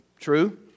True